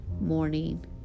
morning